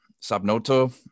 Sabnoto